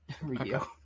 review